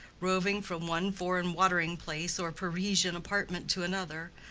roving from one foreign watering-place or parisian apartment to another,